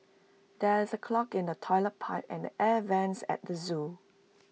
there is A clog in the Toilet Pipe and air Vents at the Zoo